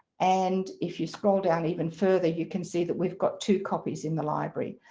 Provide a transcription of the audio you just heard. and if you scroll down even further you can see that we've got two copies in the library.